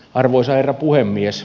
arvoisa herra puhemies